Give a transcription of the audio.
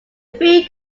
free